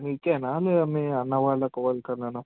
మీకేనా లేదా మీ అన్న వాళ్ళకి ఎవరికైనానా